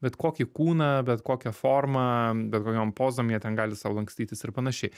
bet kokį kūną bet kokią formą bet kokiom pozom jie ten gali savo lankstytis ir panašiai